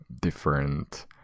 different